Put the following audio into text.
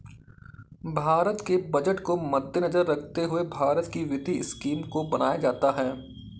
भारत के बजट को मद्देनजर रखते हुए भारत की वित्तीय स्कीम को बनाया जाता है